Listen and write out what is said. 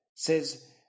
says